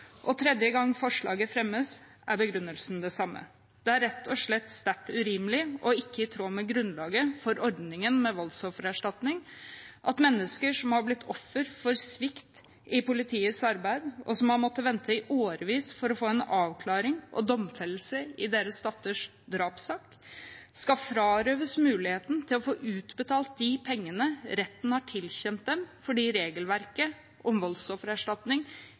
og tredje gang forslaget fremmes, er begrunnelsen den samme. Det er rett og slett sterkt urimelig, og ikke i tråd med grunnlaget for ordningen med voldsoffererstatning, at mennesker som har blitt offer for svikt i politiets arbeid, og som har måttet vente i årevis for å få en avklaring og domfellelse i sin datters drapssak, skal frarøves muligheten til å få utbetalt de pengene retten har tilkjent dem, fordi regelverket om voldsoffererstatning